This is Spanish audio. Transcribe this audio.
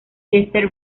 chester